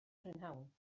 prynhawn